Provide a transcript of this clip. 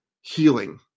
Healing